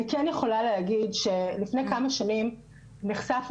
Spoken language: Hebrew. אני כן יכולה להגיד שלפני כמה שנים נחשפנו